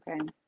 okay